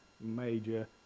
major